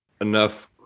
enough